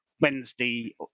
Wednesday